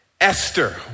Esther